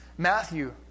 Matthew